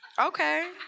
Okay